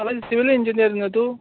civil engineer न्हू तूं